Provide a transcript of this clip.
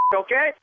okay